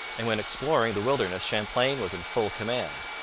and when exploring the wilderness champlain was in full command.